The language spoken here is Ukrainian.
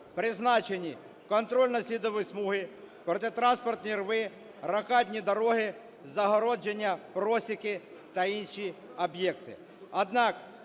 призначені контрольно-слідові смуги, протитранспортні рови, рокадні дороги, загородження, просіки та інші об'єкти.